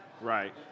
Right